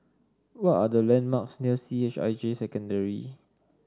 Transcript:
what are the landmarks near C H I J Secondary